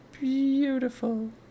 beautiful